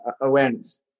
awareness